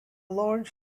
large